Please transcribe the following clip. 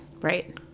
Right